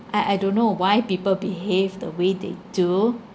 I I don't know why people behave the way they do